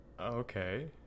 Okay